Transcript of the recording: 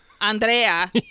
Andrea